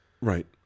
Right